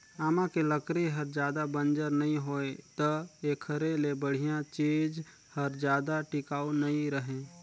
आमा के लकरी हर जादा बंजर नइ होय त एखरे ले बड़िहा चीज हर जादा टिकाऊ नइ रहें